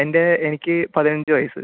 എൻ്റെ എനിക്ക് പതിനഞ്ച് വയസ്